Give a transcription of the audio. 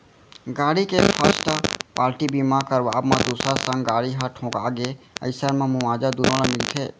गाड़ी के first party बीमा करवाब म दूसर संग गाड़ी ह ठोंका गे अइसन म मुवाजा दुनो ल मिलथे